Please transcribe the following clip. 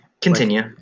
Continue